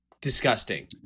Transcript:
disgusting